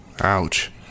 Ouch